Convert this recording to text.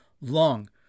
long